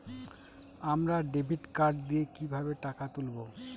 আমরা debit card দিয়ে কিভাবে টাকা তুলবো?